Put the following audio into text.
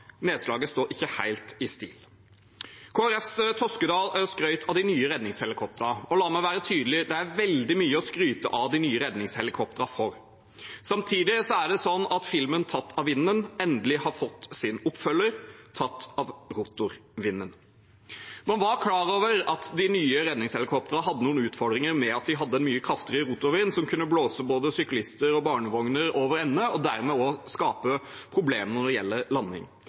Nedslaget står ikke helt i stil. Kristelig Folkepartis Toskedal skrøt av de nye redningshelikoptrene. Og la meg være tydelig: Det er veldig mye å skryte av de nye redningshelikoptrene for. Samtidig er det sånn at filmen «Tatt av vinden» endelig har fått sin oppfølger: Tatt av rotorvinden. Man var klar over at de nye redningshelikoptrene hadde noen utfordringer med at de hadde mye kraftigere rotorvind, som kunne blåse både syklister og barnevogner over ende og dermed også skape problemer